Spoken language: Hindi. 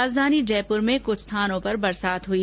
राजधानी जयपूर में कुछ स्थानों पर बरसात हई